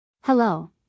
Hello